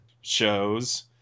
shows